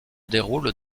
déroulent